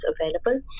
available